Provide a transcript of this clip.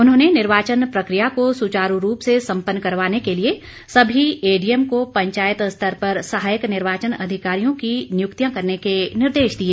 उन्होंने निर्वाचन प्रक्रिया को सुचारू रूप से संपन्न करवाने के लिए सभी एडीएम को पंचायत स्तर पर सहायक निर्वाचन अधिकारियों की नियुक्तियां करने के निर्देश दिए